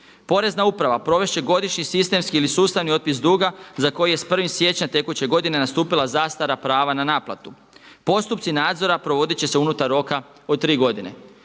Porezna uprava provesti godišnji sistemski ili sustavni otpis duga za koji je s 1. siječnja tekuće godine nastupila zastara prava na naplatu. Postupci nadzora provodit će se unutar roka od tri godine.